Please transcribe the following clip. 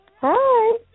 Hi